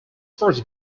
force